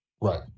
right